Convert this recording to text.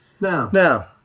Now